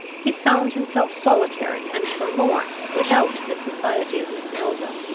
he found himself solitary and forlorn without the society of miss melville.